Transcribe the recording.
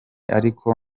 ariko